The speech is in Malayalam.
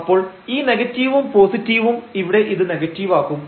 അപ്പോൾ ഈ നെഗറ്റീവും പോസിറ്റീവും ഇവിടെ ഇത് നെഗറ്റീവ് ആകും